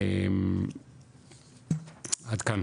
עד כאן